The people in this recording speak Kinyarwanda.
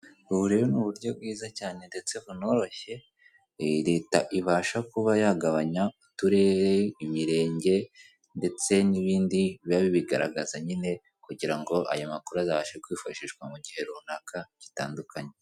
Ubu rero ni uburyo bwiza cyane ndetse bunoroshye Leta ibasha kuba yagabanya uturere, imirenge ndetse n'ibindi biba bigaragaza nyine kugira ngo ayo makuru azabashe kwifashishwa mu gihe runaka gitandukanye.